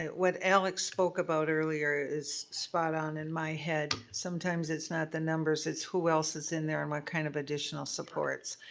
what alex spoke about earlier is spot on in my head. sometimes it's not the numbers, it's who else is in there and what kind of additional supports.